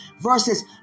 Versus